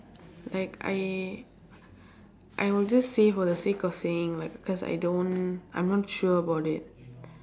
like I I will just say for the sake of saying like because I don't I'm not sure about it